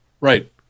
Right